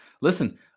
Listen